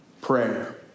Prayer